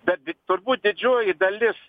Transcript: bet turbūt didžioji dalis